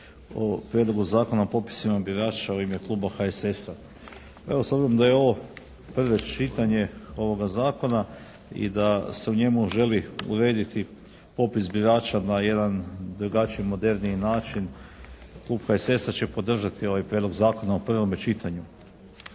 o prijedlogu zakona o popisima birača u ime kluba HSS-a. Evo s obzirom da je ovo prvo čitanje ovoga zakona i da se u njemu želi urediti popis birača na jedan drugačiji, moderniji način klub HSS-a će podržati ovaj prijedlog zakona u prvom čitanju.